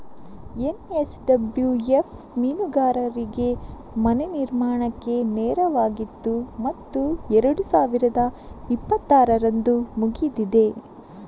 NSWF ಮೀನುಗಾರರಿಗೆ ಮನೆ ನಿರ್ಮಾಣಕ್ಕೆ ನೆರವಾಗಿತ್ತು ಮತ್ತು ಎರಡು ಸಾವಿರದ ಇಪ್ಪತ್ತರಂದು ಮುಗಿದಿದೆ